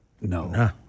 No